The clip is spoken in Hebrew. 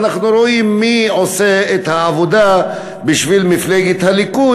אנחנו רואים מי עושה את העבודה בשביל מפלגת הליכוד,